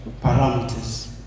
parameters